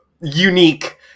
unique